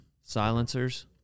Silencers